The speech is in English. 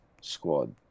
squad